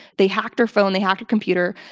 they hacked her phone they hacked her computer.